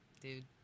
dude